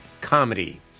comedy